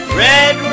red